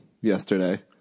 yesterday